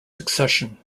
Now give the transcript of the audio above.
succession